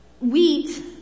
wheat